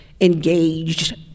engaged